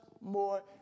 more